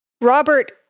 Robert